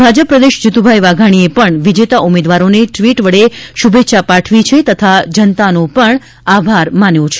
ભાજપ પ્રદેશ જીતુભાઇ વાઘાણીએ પણ વિજેતા ઉમેદવારોને ટ્વીટ વડે શુભેચ્છા પાઠવી છે તથા જનતાનો પણ આભાર માન્યો છે